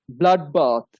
bloodbath